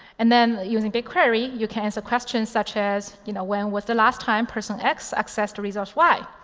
and then using bigquery you can answer questions such as you know when was the last time person x accessed resource y,